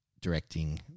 directing